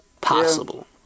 possible